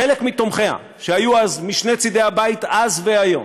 חלק מתומכיה, שהיו אז משני צדי הבית, אז והיום,